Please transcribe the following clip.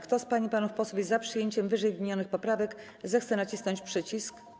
Kto z pań i panów posłów jest za przyjęciem ww. poprawek, zechce nacisnąć przycisk.